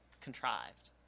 contrived